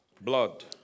Blood